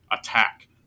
attack